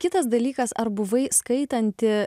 kitas dalykas ar buvai skaitanti